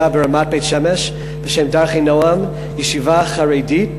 ברמת-בית-שמש בשם "דרכי נעם"; ישיבה חרדית,